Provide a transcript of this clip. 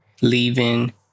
leaving